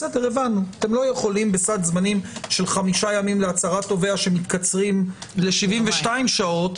אתם לא יכולים בסד זמנים של חמישה ימים להצהרת תובע שמתקצרים ל-72 שעות.